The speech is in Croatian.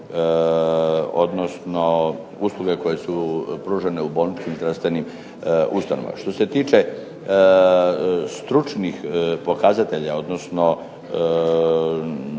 odnosno usluge koje su pružene u bolničkim zdravstvenim ustanovama. Što se tiče stručnih pokazatelja, odnosno